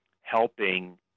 helping